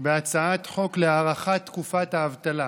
בהצעת חוק להארכת תקופת האבטלה,